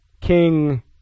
King